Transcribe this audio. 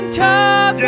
top